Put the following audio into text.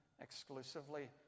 exclusively